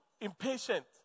impatient